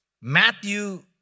Matthew